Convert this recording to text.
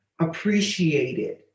appreciated